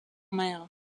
mère